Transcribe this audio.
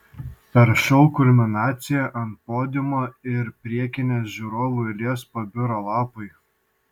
per šou kulminaciją ant podiumo ir priekinės žiūrovų eilės pabiro lapai